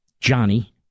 Johnny